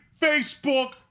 Facebook